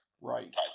Right